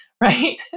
right